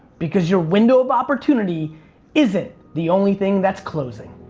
because your window of opportunity isn't the only thing that's closing.